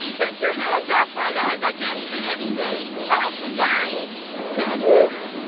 take your hands off my eyes. i can't see anything oh, sorry dennis?